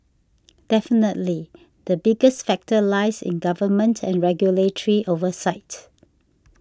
definitely the biggest factor lies in government and regulatory oversight